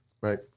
right